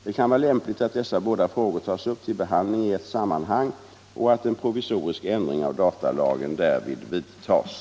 Det kan vara lämpligt att dessa två frågor tas upp till behandling i ett sammanhang och att en provisorisk ändring av datalagen därvid vidtas.